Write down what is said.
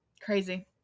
crazy